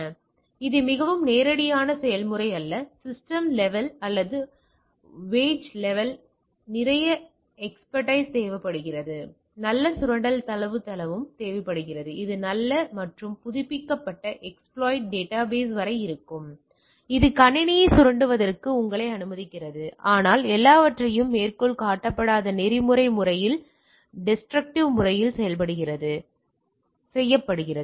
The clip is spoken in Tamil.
எனவே இது மிகவும் நேரடியான செயல்முறையல்ல சிஸ்டம் லெவல் அல்லது வாயேஜ் லெவல் இல் நிறைய எஸ்பியர்ட்டிஸ் தேவைப்படுகிறது இது நல்ல சுரண்டல் தரவுத்தளமும் தேவைப்படுகிறது இது நல்ல மற்றும் புதுப்பிக்கப்பட்ட எஸ்பிலோய்ட் டேட்டாபேஸ் வரை இருக்கும் இது கணினியை சுரண்டுவதற்கு உங்களை அனுமதிக்கிறது ஆனால் எல்லாவற்றையும் மேற்கோள் காட்டப்படாத நெறிமுறை முறையில் டெஸ்டருக்ட்டிவ் முறையில் செய்யப்படுகிறது